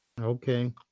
Okay